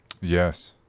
Yes